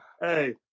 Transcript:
Hey